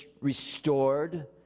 restored